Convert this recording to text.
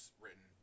written